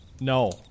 No